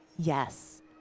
Yes